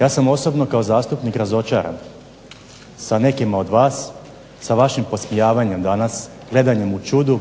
Ja sam osobno kao zastupnik razočaran sa nekima od vas, sa vašim podsmijavanjem danas, gledanjem u čudu